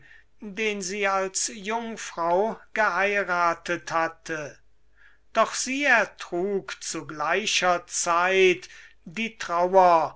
den sie als jungfrau geheirathet hatte doch sie ertrug zu gleicher zeit die trauer